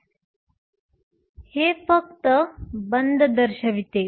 तर आपल्याकडे एक सिग्मा σ आहे आणि σ आहे हे फक्त एक बंध दर्शवते